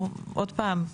עוד פעם,